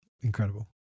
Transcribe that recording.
incredible